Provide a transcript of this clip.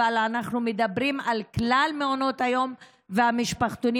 אלא אנחנו מדברים על כלל מעונות היום והמשפחתונים.